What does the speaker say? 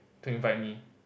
couldn't find me